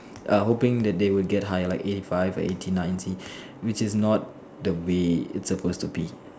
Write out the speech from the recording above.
err hoping that they will get higher like eighty five or eighty nine see which is not the way it's supposed to be